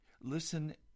listen